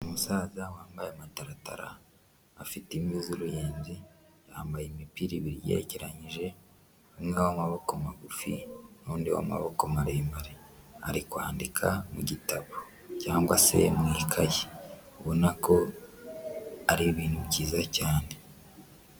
Umusaza wambaye amataratara afite imvi z'uruyenzi, yambaye imipira ibiri igerekeranyije, umwe w'amaboko magufi n'undi wa maboko maremare, ari kwandika mu gitabo cyangwa se mu ikayi. Ubona ko ari ibintu byiza cyane.